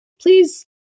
please